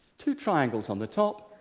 two triangles on the top